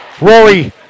Rory